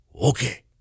Okay